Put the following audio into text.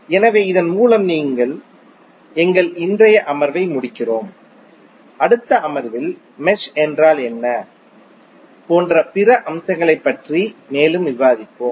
எனவே இதன் மூலம் எங்கள் இன்றைய அமர்வை முடிக்கிறோம் அடுத்த அமர்வில் மெஷ் என்றால் என்ன போன்ற பிற சில அம்சங்களைப் பற்றி மேலும் விவாதிப்போம்